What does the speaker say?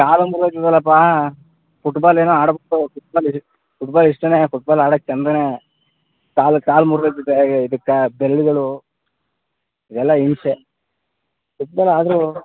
ಕಾಲೊಂದು ಮುರ್ದು ಹೋಗ್ತದಲಪ್ಪಾ ಫುಟ್ಬಾಲೆನೋ ಆಡ್ಬಿಟ್ಟು ಫುಟ್ಬಾಲ್ ಫುಟ್ಬಾಲ್ ಇಷ್ಟವೇ ಫುಟ್ಬಾಲ್ ಆಡೋಕ್ ಚಂದವೇ ಕಾಲು ಕಾಲು ಮುರ್ದೋಗ್ತದೆ ಇದಕ್ಕೆ ಬೆರಳುಗಳು ಎಲ್ಲ ಹಿಂಸೆ ಫುಟ್ಬಾಲ್ ಆದರೂ